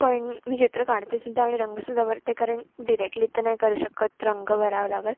पण मी चित्र काढते सुद्धा आणि रंगसुद्धा भरते कारण डिरेक्टली तर नाही करू शकत रंग भरावं लागेल